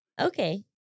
okay